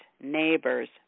neighbors